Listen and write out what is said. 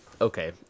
okay